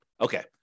Okay